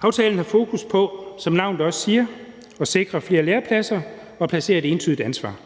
Aftalen har fokus på, som navnet også siger, at sikre flere lærepladser og placere et entydigt ansvar.